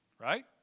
right